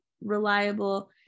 reliable